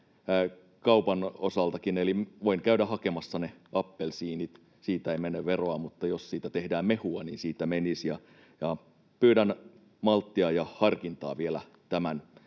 kaupan osuuskin, eli voin käydä hakemassa ne appelsiinit, siitä ei mene veroa, mutta jos siitä tehdään mehua, niin siitä menisi. Pyydän malttia ja harkintaa vielä tämän